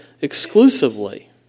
exclusively